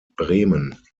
bremen